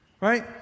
right